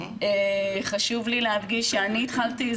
חשוב לי להדגיש שאני התחלתי,